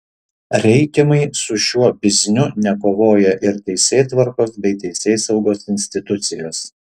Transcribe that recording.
reikiamai su šiuo bizniu nekovoja ir teisėtvarkos bei teisėsaugos institucijos